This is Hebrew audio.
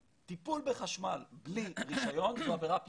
טיפול בחשמל בלי רישיון, זו עבירה פלילית.